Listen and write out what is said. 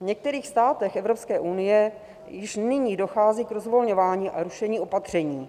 V některých státech Evropské unie již nyní dochází k rozvolňování a rušení opatření.